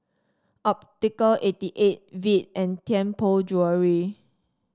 Optical eighty eight Veet and Tianpo Jewellery